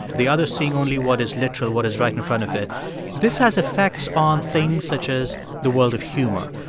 the other seeing only what is literal, what is right in front of it this has effects on things such as the world of humor.